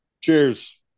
Cheers